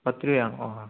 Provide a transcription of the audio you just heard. പത്ത് രൂപയാണോ ആ ആ